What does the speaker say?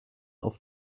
auf